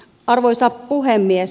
arvoisa puhemies